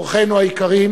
אורחינו היקרים,